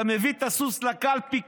אתה מביא את הסוס לקלפי?